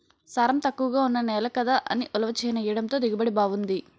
సారం తక్కువగా ఉన్న నేల కదా అని ఉలవ చేనెయ్యడంతో దిగుబడి బావుంది